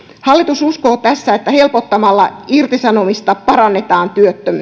hallitus uskoo tässä että helpottamalla irtisanomista parannetaan